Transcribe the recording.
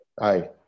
Hi